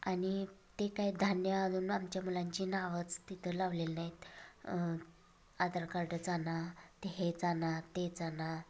आणि ते काय धान्य अजून आमच्या मुलांची नावंच तिथं लावलेली नाहीत आधार कार्डच आणा ते हेच आणा तेच आणा